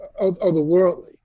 otherworldly